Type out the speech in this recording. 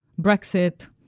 Brexit